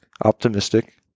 Optimistic